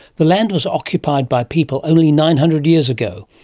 the land was occupied by people only nine hundred years ago,